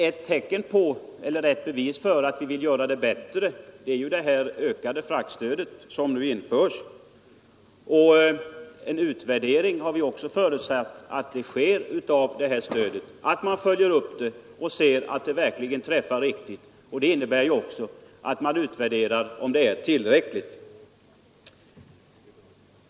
Ett bevis för att vi vill göra det bättre är det ökade fraktstöd som nu införs. Vi har också förutsatt att det skall ske en utvärdering av stödet. Man skall följa upp och se att det verkligen träffar riktigt. Utvärderingen innebär naturligtvis också att man konstaterar huruvida stödet är tillräckligt.